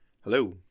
Hello